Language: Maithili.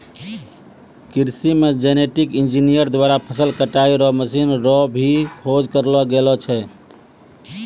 कृषि मे जेनेटिक इंजीनियर द्वारा फसल कटाई रो मशीन रो भी खोज करलो गेलो छै